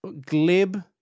glib